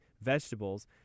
vegetables